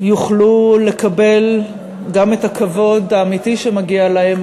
יוכלו לקבל גם את הכבוד האמיתי שמגיע להם,